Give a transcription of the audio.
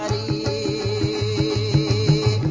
e